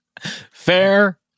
Fair